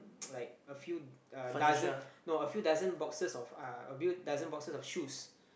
like a few uh dozens no a few dozen boxes of uh a few dozen boxes of shoes